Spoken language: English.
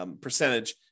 percentage